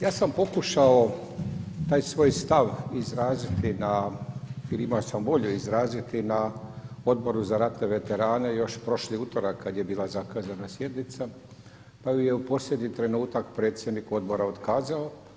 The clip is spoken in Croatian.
Ja sam pokušao taj svoj stav izraziti, ili imao sam volju izraziti na Odboru za ratne veterane još prošli utorak kad je bila zakazana sjednica, pa ju je u posljednji trenutak predsjednik odbora otkazao.